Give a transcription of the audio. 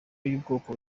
y’ubwoko